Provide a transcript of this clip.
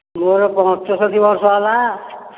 ମୋର ପଞ୍ଚଶଠି ବର୍ଷ ହେଲା